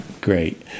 Great